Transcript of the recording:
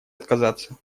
отказаться